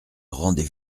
rendez